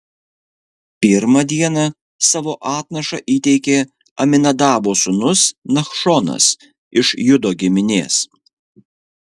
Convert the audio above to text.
pirmą dieną savo atnašą įteikė aminadabo sūnus nachšonas iš judo giminės